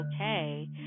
okay